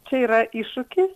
čia yra iššūkis